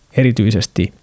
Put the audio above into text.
erityisesti